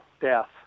death